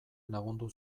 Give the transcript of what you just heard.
lagundu